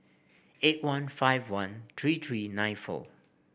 eight one five one three three nine four